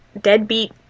deadbeat